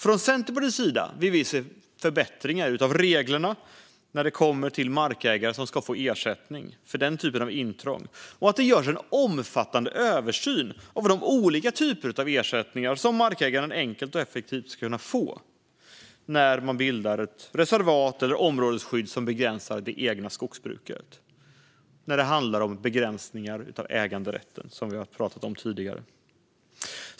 Från Centerpartiets sida vill vi se en förbättring av reglerna för när man som markägare ska få ersättning för den typen av intrång och att det görs en omfattande översyn av olika typer av ersättningar när det gäller begränsningar av äganderätten som markägaren enkelt och effektivt ska kunna få när reservat bildas eller områdesskydd införs som begränsar det egna skogsbruket.